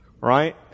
Right